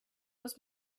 was